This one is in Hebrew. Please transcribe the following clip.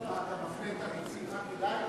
אתה מפנה את החצים רק אלי?